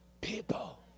people